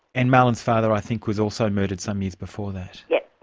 and marlon's father i think was also murdered some years before that? yes.